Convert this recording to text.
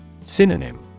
Synonym